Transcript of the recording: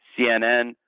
CNN